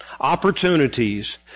Opportunities